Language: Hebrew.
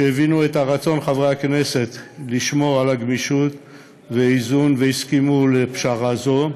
שהבינו את רצון חברי הכנסת לשמור על גמישות ואיזון והסכימו לפשרה זו,